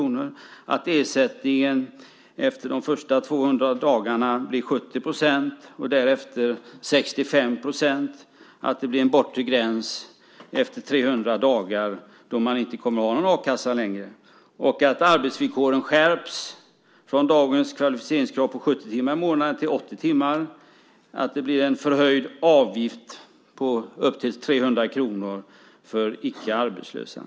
Det gäller också att ersättningen efter de första 200 dagarna blir 70 % och därefter 65 %, att det blir en bortre gräns efter 300 dagar då man inte kommer att ha någon a-kassa längre, att arbetsvillkoren skärps från dagens kvalificeringskrav på 70 timmar i månaden till 80 timmar och att det blir en förhöjd avgift på upp till 300 kr för icke arbetslösa.